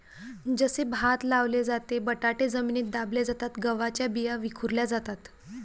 जसे भात लावले जाते, बटाटे जमिनीत दाबले जातात, गव्हाच्या बिया विखुरल्या जातात